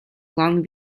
long